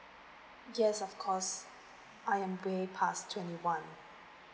yes of course I am way pass twenty one